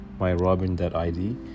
Myrobin.id